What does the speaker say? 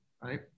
right